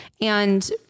and-